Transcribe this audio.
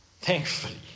Thankfully